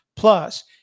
Plus